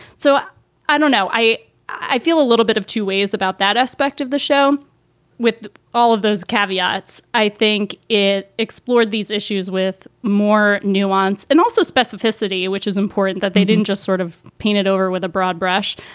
so i don't know. i i feel a little bit of two ways about that aspect of the show with all of those caveats. i think it explored these issues with more nuance and also specificity, which is important that they didn't just sort of paint it over with a broad brush.